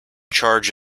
charge